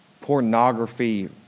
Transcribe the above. pornography